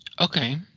okay